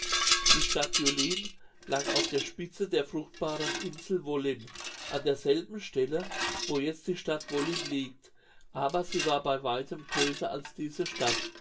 die stadt julin lag auf der spitze der fruchtbaren insel wollin an derselben stelle wo jetzt die stadt wollin liegt aber sie war bei weitem größer als diese stadt